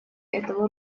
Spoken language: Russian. этого